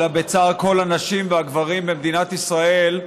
אלא בצער כל הנשים והגברים במדינת ישראל,